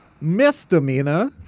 Misdemeanor